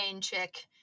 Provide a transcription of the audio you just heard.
chick